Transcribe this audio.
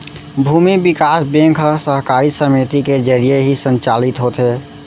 भूमि बिकास बेंक ह सहकारी समिति के जरिये ही संचालित होथे